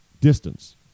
distance